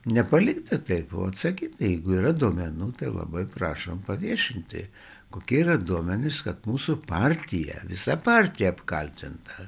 nepalikti taip o atsakyti jeigu yra duomenų tai labai prašom paviešinti kokie yra duomenys kad mūsų partija visa partija apkaltinta